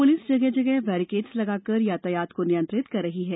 police जगह जगह barricades लगाकर यातायात को नियंत्रित कर रही है